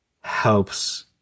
helps